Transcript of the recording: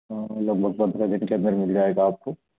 लगभग पंद्रह दिन के अंदर मिल जाएगा आपको